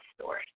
story